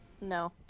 No